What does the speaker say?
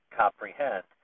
comprehend